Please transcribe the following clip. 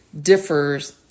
differs